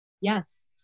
Yes